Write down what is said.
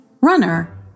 Runner